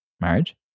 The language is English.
marriage